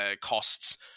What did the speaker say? costs